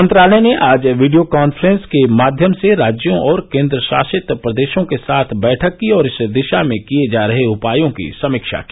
मंत्रालय ने आज वीडियो काफ्रेंस के माध्यम से राज्यों और केन्द्रशासित प्रदेशों के साथ बैठक की और इस दिशा में किए जा रहे उपायों की समीक्षा की